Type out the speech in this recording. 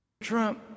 Trump